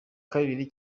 kabiri